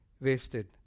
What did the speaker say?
wasted